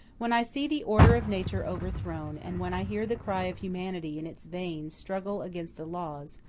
when i see the order of nature overthrown, and when i hear the cry of humanity in its vain struggle against the laws,